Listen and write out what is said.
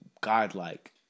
godlike